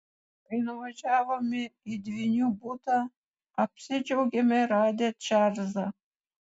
kai nuvažiavome į dvynių butą apsidžiaugėme radę čarlzą